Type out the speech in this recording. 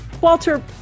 Walter